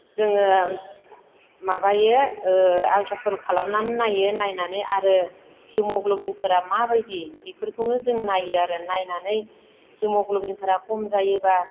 जोङो माबायो ओ आलट्रासाउन्ड खालामनानै नायो आरो हिमग्ल'बिनफोरा माबायदि बिफोरखौनो जों नायो आरो नायनानै हिमग्ल'बिनफोरा खम जायोब्ला